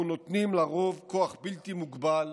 אנחנו נותנים לרוב כוח בלתי מוגבל